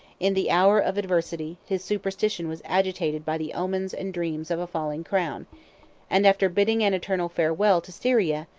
in the hour of adversity, his superstition was agitated by the omens and dreams of a falling crown and after bidding an eternal farewell to syria,